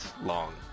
long